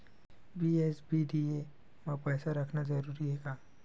BSBDA मा पईसा रखना जरूरी हे का?